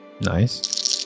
Nice